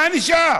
מה נשאר?